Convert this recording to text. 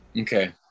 Okay